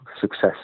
success